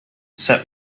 set